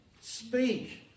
Speak